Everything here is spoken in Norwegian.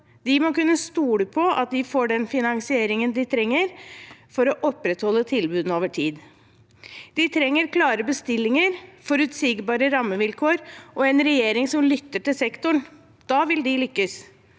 De må kunne stole på at de får den finansieringen de trenger for å opprettholde tilbudene over tid. De trenger klare bestillinger, forutsigbare rammevilkår og en regjering som lytter til sektoren. Da vil de lykkes.